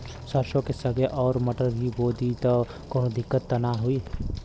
सरसो के संगे अगर मटर भी बो दी त कवनो दिक्कत त ना होय?